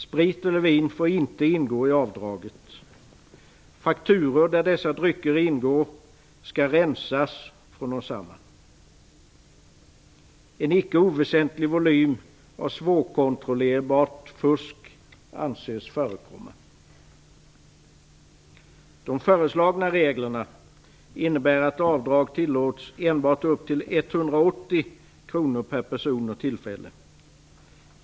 Sprit eller vin får inte ingå i avdraget. Fakturor där dessa drycker ingår skall rensas från desamma. En icke oväsentlig volym av svårkontrollerbart fusk anses förekomma. De föreslagna reglerna innebär att avdrag tillåts enbart upp till 180 kr per person och tillfälle.